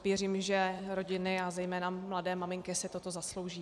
Věřím, že rodiny a zejména mladé maminky si toto zaslouží.